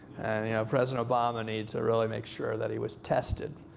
and you know president obama needed to really make sure that he was tested.